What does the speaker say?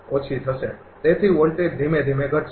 તેથી વોલ્ટેજ ધીમે ધીમે ઘટશે